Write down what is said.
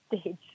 stage